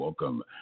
Welcome